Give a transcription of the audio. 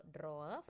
drawer